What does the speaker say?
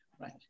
Right